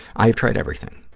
i have tried everything.